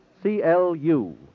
CLU